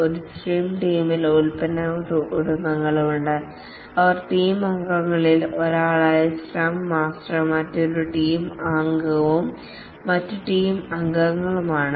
ഒരു സ്ക്രം ടീമിൽ ടീം അംഗങ്ങളിൽ ഒരാളായ പ്രോഡക്ട് ഉടമയുണ്ട് മറ്റൊരു ടീം അംഗമായ സ്ക്രം മാസ്റ്റർ ഉണ്ട് പിന്നെ മറ്റ് ടീം അംഗങ്ങളുമുണ്ട്